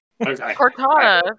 Cortana